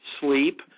sleep